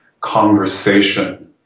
conversation